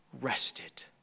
rested